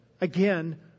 again